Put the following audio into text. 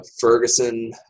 Ferguson